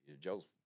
Joe's